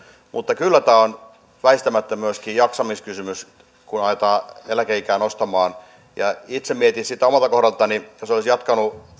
mutta kyllä tämä on väistämättä myöskin jaksamiskysymys kun aletaan eläkeikää nostamaan itse mietin sitä omalta kohdaltani että jos olisin jatkanut